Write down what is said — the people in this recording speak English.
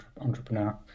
entrepreneur